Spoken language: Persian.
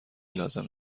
لازم